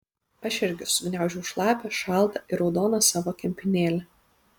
aš irgi sugniaužiau šlapią šaltą ir raudoną savo kempinėlę